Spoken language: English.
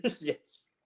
Yes